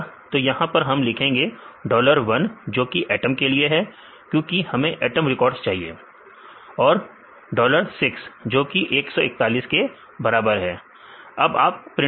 तो यहां पर हम लिखेंगे डॉलर 1 जोकि एटम के लिए है क्योंकि हमको एटम रिकॉर्ड चाहिए और डॉलर 6 जो कि 141 के बराबर है फिर आप प्रिंट करें